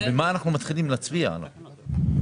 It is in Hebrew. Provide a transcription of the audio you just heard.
על מה אנחנו מתחילים להצביע עליו?